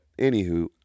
anywho